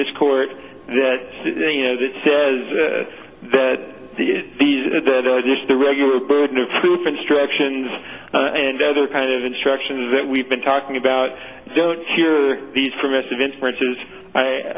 this court that you know that says that these are just the regular burden of proof instructions and other kind of instructions that we've been talking about don't hear these permissive inferences i